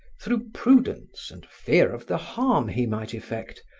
through prudence and fear of the harm he might effect,